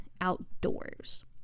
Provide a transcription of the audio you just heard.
outdoors